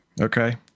okay